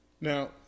now